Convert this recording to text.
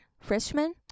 freshman